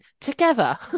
together